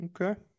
Okay